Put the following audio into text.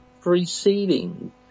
preceding